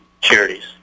charities